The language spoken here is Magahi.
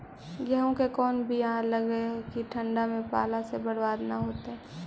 गेहूं के कोन बियाह लगइयै कि ठंडा में पाला से बरबाद न होतै?